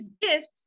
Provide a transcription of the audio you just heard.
gift